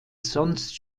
sonst